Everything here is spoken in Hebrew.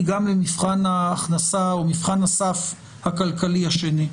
גם למבחן ההכנסה או מבחן הסף הכלכלי השני.